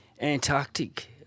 Antarctic